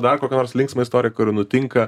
dar kokią nors linksmą istoriją kuri nutinka